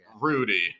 Rudy